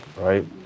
right